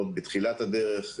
עוד בתחילת הדרך,